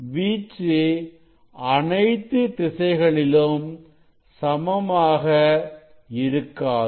வீச்சு அனைத்து திசைகளிலும் சமமாக இருக்காது